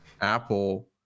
Apple